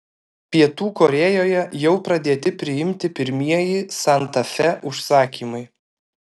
pietų korėjoje jau pradėti priimti pirmieji santa fe užsakymai